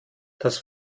das